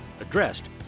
addressed